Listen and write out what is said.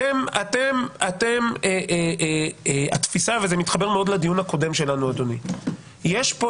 התפיסה וזה מתחבר מאוד לדיון הקודם שלנו היא שיש כאן